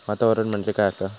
वातावरण म्हणजे काय असा?